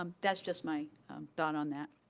um that's just my thought on that.